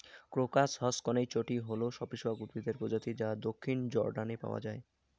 crocus হসকনেইচটি হল সপুষ্পক উদ্ভিদের প্রজাতি যা দক্ষিণ জর্ডানে পাওয়া য়ায়